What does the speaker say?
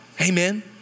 amen